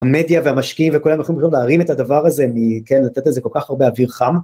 המדיה והמשקיעים וכולם יכולים פשוט להרים את הדבר הזה, כן, לתת לזה כל כך הרבה אוויר חם